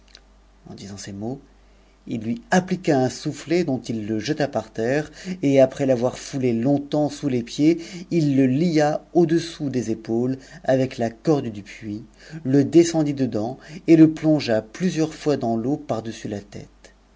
en disant ces mots lui appliqua un soumet dont il le jeta par terre et âpres l'avoir foulé otetups sous les pieds il le lia au-dessous des épaules avec la corde du hiits le descendit dedans et le plongea plusieurs fois dans l'eau par-dessus la tête